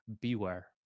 beware